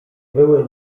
były